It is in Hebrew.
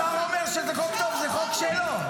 השר אומר שזה חוק טוב, זה חוק שלו.